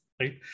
right